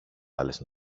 άλλες